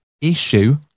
issue